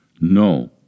No